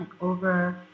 over